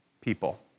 people